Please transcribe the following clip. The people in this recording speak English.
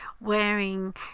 wearing